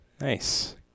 Nice